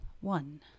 One